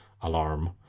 alarm